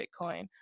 Bitcoin